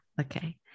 Okay